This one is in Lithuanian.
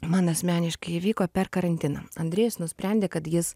man asmeniškai įvyko per karantiną andrėjus nusprendė kad jis